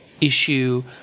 issue